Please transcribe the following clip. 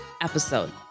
episode